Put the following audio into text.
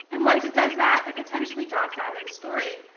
and once it does that, it potentially drops out of the story.